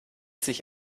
sich